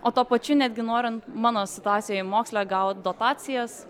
o tuo pačiu netgi norint mano situacijoj moksle gaut dotacijas